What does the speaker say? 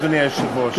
אדוני היושב-ראש.